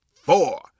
four